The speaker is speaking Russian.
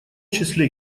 числе